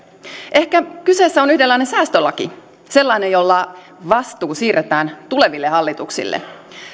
ehkä kyseessä on yhdenlainen säästölaki sellainen jolla vastuu siirretään tuleville hallituksille